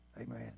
Amen